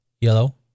yellow